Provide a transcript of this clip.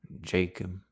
Jacob